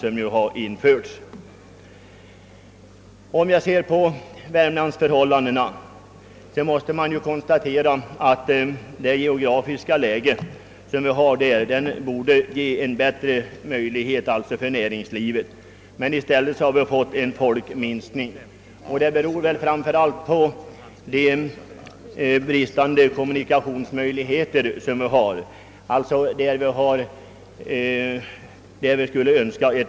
De geografiska förhållandena borde ge näringslivet i Värmland bättre möjligheter. Men i stället har vi där fått en folkminskning, vilket framför allt torde bero på de bristande kommunikationsmöjligheterna för näringslivet.